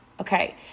Okay